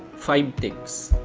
five ticks.